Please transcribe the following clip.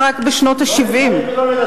רק בשנות ה-70.